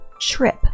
trip